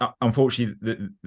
Unfortunately